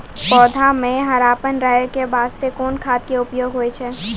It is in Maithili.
पौधा म हरापन रहै के बास्ते कोन खाद के उपयोग होय छै?